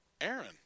Aaron